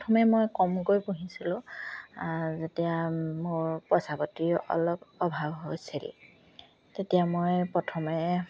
প্ৰথমে মই কমকৈ পুহিছিলোঁ যেতিয়া মোৰ পইচা পাতি অলপ অভাৱ হৈছিল তেতিয়া মই প্ৰথমে